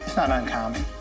not uncommon,